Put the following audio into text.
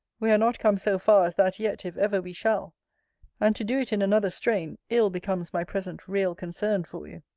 we are not come so far as that yet, if ever we shall and to do it in another strain, ill becomes my present real concern for you.